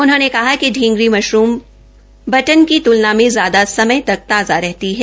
उन्होंने कहा कि पींगरी मशरूप बटन की त्लना मे ज्यादा समय तक ताज़ा रहती है